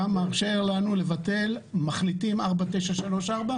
אתה מאפשר לנו לבטל מחליטים 4934?